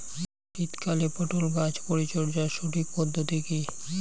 শীতকালে পটল গাছ পরিচর্যার সঠিক পদ্ধতি কী?